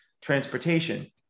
transportation